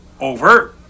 Over